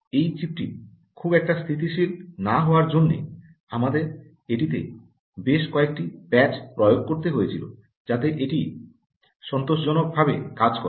এই চিপটি খুব একটা স্থিতিশীল না হওয়ার জন্য আমাদের এটিতে বেশ কয়েকটি প্যাচ প্রয়োগ করতে হয়েছিল যাতে এটি সন্তোষজনকভাবে কাজ করে